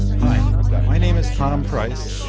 my name is tom price,